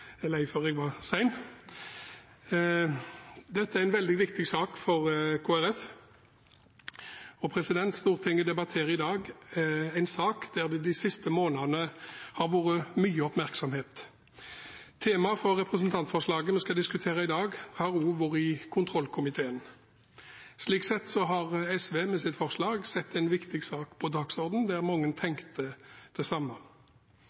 Dette er en veldig viktig sak for Kristelig Folkeparti. Stortinget debatterer i dag en sak som det de siste månedene har vært mye oppmerksomhet rundt. Temaet for representantforslaget vi skal diskutere i dag, har også vært behandlet i kontroll- og konstitusjonskomiteen. Slik sett har SV med sitt forslag satt en viktig sak på dagsordenen – mange